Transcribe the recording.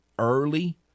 Early